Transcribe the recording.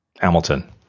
hamilton